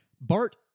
Bart